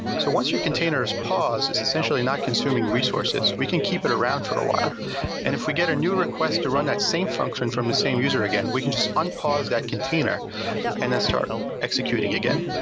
so once your container is paused, it's essentially not consuming resources, we can keep it around for a while and if we get a new request to run that same function from the same user again. we can just unpause that container and then start executing again.